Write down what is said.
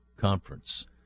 conference